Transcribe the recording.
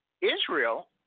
Israel